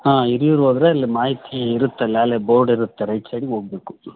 ಹಾಂ ಹಿರಿಯೂರ್ಗ್ ಹೋದ್ರೆ ಅಲ್ಲಿ ಮಾಹಿತಿ ಇರುತ್ತಲ್ಲ ಅಲ್ಲೆ ಬೋರ್ಡ್ ಇರುತ್ತೆ ರೈಟ್ ಸೈಡಿಗೆ ಹೋಗ್ಬೇಕು